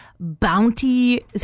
bounty